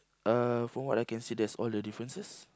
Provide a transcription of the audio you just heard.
uh from what I can see that's all the differences